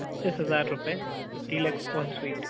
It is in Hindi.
पच्चीस हज़ार रुपये डीलक्स वन स्वीट